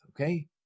Okay